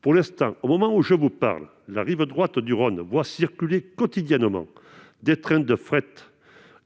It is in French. Pour autant, au moment où je parle, la ligne de la rive droite du Rhône voit déjà circuler quotidiennement des trains de fret